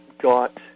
got